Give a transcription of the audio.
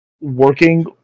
working